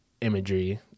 imagery